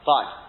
Fine